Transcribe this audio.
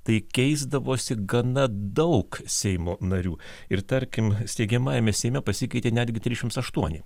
tai keisdavosi gana daug seimo narių ir tarkim steigiamajame seime pasikeitė netgi trisdešims aštuoni